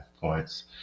points